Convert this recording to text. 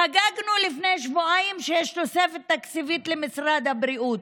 חגגנו לפני שבועיים שיש תוספת תקציבית למשרד הבריאות,